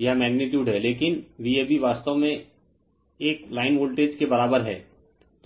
यह मैग्नीटीयूड है लेकिन Vab वास्तव में एक लाइन वोल्टेज के बराबर है